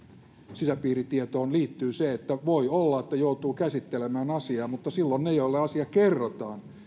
sisäpiiritietoon liittyy se että voi olla että joutuu käsittelemään asiaa mutta silloin ne joille asia kerrotaan